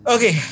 Okay